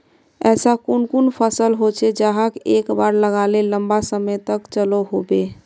ऐसा कुन कुन फसल होचे जहाक एक बार लगाले लंबा समय तक चलो होबे?